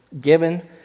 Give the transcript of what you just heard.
given